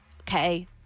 okay